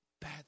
bad